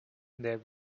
there